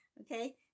okay